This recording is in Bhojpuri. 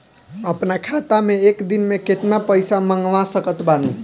अपना खाता मे एक दिन मे केतना पईसा मँगवा सकत बानी?